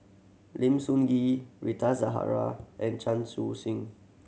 Lim Sun Gee Rita Zahara and Chan Chun Sing